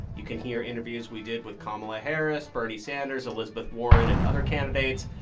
you can hear interviews we did with kamala harris, bernie sanders, elizabeth warren and other candidates.